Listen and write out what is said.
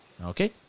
Okay